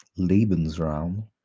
Lebensraum